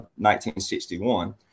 1961